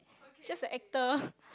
just a actor